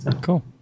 cool